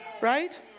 Right